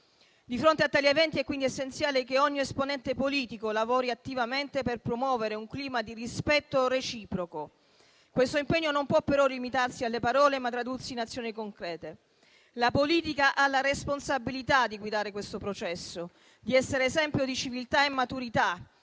Di fronte a tali eventi è quindi essenziale che ogni esponente politico lavori attivamente per promuovere un clima di rispetto reciproco. Questo impegno non può però limitarsi alle parole, ma deve tradursi in azioni concrete. La politica ha la responsabilità di guidare questo processo, di essere esempio di civiltà e maturità,